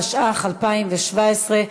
התשע"ח 2017,